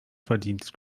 verdient